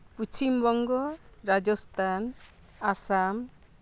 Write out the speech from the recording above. Paschim Banga Rajasthan Assam